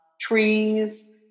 trees